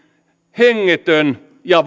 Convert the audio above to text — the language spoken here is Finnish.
hengetön ja